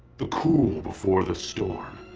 the cool before the storm.